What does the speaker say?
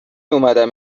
اومدم